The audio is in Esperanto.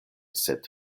sed